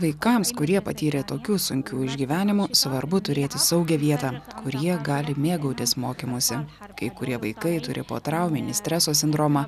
vaikams kurie patyrė tokių sunkių išgyvenimų svarbu turėti saugią vietą kur jie gali mėgautis mokymusi kai kurie vaikai turi potrauminį streso sindromą